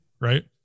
right